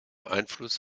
einfluss